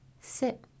sit